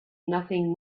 nothing